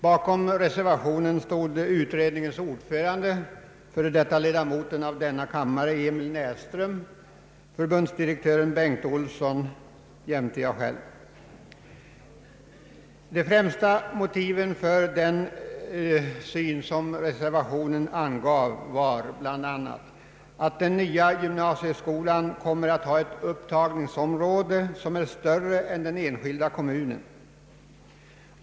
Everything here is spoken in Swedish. Bakom reservationen stod utredningens ordförande, f. d. ledamoten av denna kammare Emil Näsström och förbundsdirektör Bengt Olsson jämte jag själv. De främsta motiven för den syn som angavs i reservationen var bl.a. att den nya gymnasieskolan kommer att ha ett upptagningsområde som är större än den enskilda kommunen.